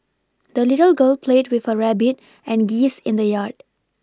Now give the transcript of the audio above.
the little girl played with her rabbit and geese in the yard